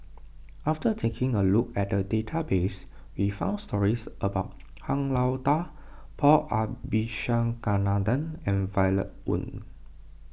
after taking a look at the database we found stories about Han Lao Da Paul Abisheganaden and Violet Oon